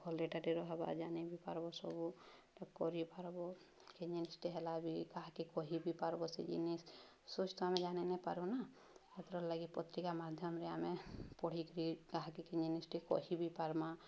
ଭଲଟାରେେ ରହେବ ଜାନି ବିି ପାର୍ବ ସବୁ କରିପାର୍ବ କି ଜିନିଷ୍ଟେ ହେଲା ବିି କାହାକେ କହିିବି ପାର୍ବ ସେ ଜିନିଷ୍ ସୋଚ୍ ତ ଆମେ ଜାନିନାପାରୁନା ହେତିର୍ ଲାଗି ପତ୍ରିକା ମାଧ୍ୟମରେ ଆମେ ପଢ଼ିକିରି କାହାକେ କିଏ ଜିନିଷ୍ଟେ କହିିବି ପାର୍ମା